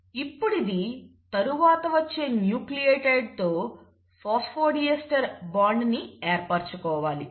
ఇప్పుడిది తరువాత వచ్చే న్యూక్లియోటైడ్ తో ఫాస్ఫోడీస్టర్ బాండ్ ని ఏర్పరుచుకోవాలి